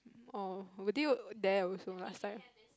oh were you there also last time